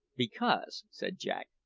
because, said jack,